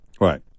Right